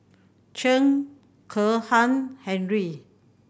Chen Kezhan Henri